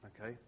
Okay